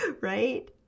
right